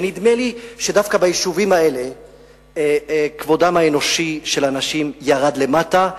ונדמה לי שדווקא ביישובים האלה כבודם האנושי של אנשים ירד למטה.